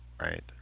Right